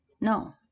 No